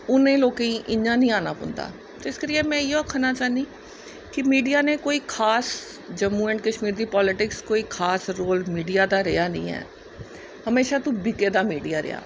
उ'नें लोकें गी इ'यां नीं आना पौंदा ते इस करियै में इ'यो आखना चाह्नी कि मिडिया ने कोई खास जम्मू एंड कश्मीर दी पोलिटिक्स च कोई खास रोल मिडिया दा रेहा नीं ऐ हमेशां तूं बिके दा मिडिया रेहा